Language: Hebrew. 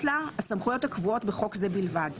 לה הסמכויות הקבועות בחוק זה בלבד.